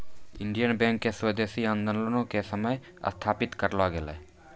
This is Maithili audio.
इंडियन बैंक के स्वदेशी आन्दोलनो के समय स्थापित करलो गेलो छै